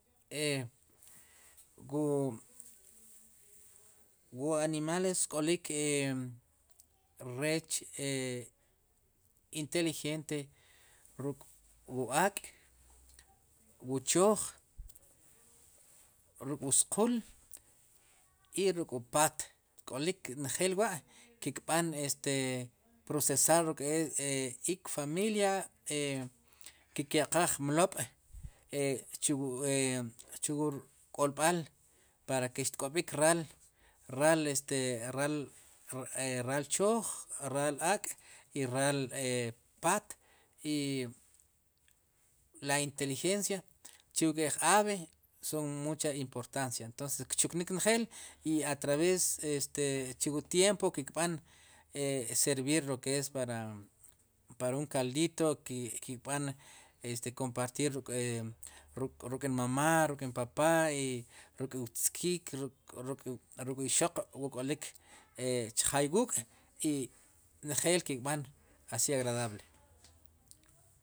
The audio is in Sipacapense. E wu, wu animales k'olik rech inteligente ruk' wu ak' wu chooj, ruk'wu squul i ruk' wu paat k'olik njeel wa' ki' kb'an este procear ruk'e ikfamilia e ki'kya'qaaj mlob' chu wu rk'olb'al para ke xtk'ob'ik raal, raal este raal, raal chooj, raal ak' i raal paat i la inteligencia chu wu ink'ej ave son mucha importancia entonces kchuknik njeel i atraves este chu wu tiempo kb'an e servir lo que es para un caldito kb'an kompartir ruk' nmamá, ruk' npapá ruk'kwtziik, ruk', ruk'ixoq wu k'olik e chjaay wuuk' i njeel ki'b'an asi agradable.